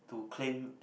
to claim